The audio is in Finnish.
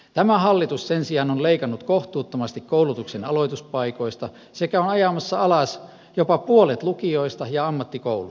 tämä hallitus sen sijaan on leikannut kohtuuttomasti koulutuksen aloituspaikoista sekä on ajamassa alas jopa puolet lukioista ja ammattikouluja